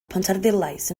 pontarddulais